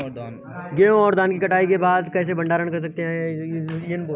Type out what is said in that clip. गेहूँ और धान को कटाई के बाद कैसे भंडारण कर सकते हैं इसको कीटों से कैसे बचा सकते हैं?